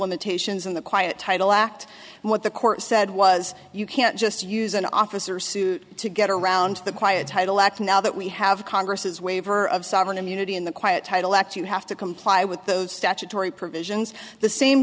limitations on the quiet title act what the court said was you can't just use an officer suit to get around the quiet title x now that we have congress's waiver of sovereign immunity in the quiet title act you have to comply with those statutory provisions the same